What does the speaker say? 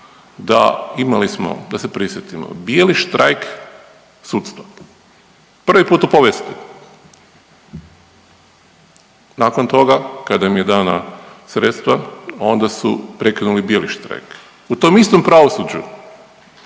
da, imali smo da se prisjetimo, bijeli štrajk sudstva prvi put u povijesti, nakon toga kada im je dana sredstva onda su prekinuli bijeli štrajk. U tom istom pravosuđu